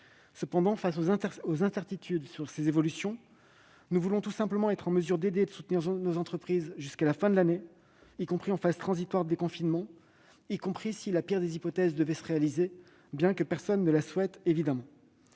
jours. Face aux incertitudes sur ces évolutions, nous voulons simplement être en mesure d'aider et de soutenir nos entreprises jusqu'à la fin de l'année, y compris en phase transitoire de déconfinement et y compris si la pire des hypothèses devait se réaliser, ce que, bien sûr, nul ne souhaite.